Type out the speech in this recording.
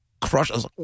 crushes